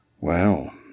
Well